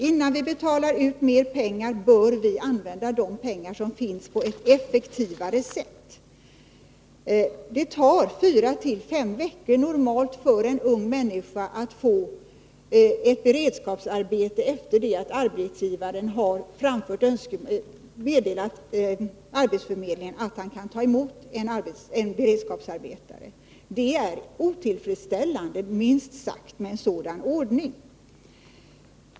Innan vi betalar ut mer pengar, bör vi använda de pengar som finns på ett effektivare sätt. Det tar normalt 4-5 veckor för en ung människa att få ett beredskapsarbete efter det att arbetsgivaren har meddelat arbetsförmedlingen att han kan ta en beredskapsarbetare. Det är minst sagt otillfredsställande med en sådan ordning.